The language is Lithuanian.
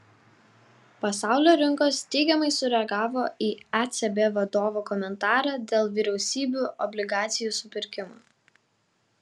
pasaulio rinkos teigiamai sureagavo į ecb vadovo komentarą dėl vyriausybių obligacijų supirkimo